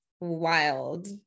wild